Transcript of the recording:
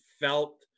felt